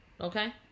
Okay